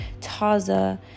taza